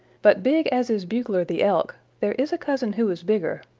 but big as is bugler the elk, there is a cousin who is bigger,